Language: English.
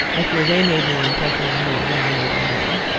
i fear they made more impression on me than i made on them.